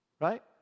Right